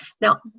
Now